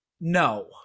No